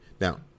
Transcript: Now